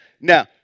Now